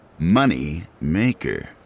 Moneymaker